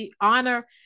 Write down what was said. Honor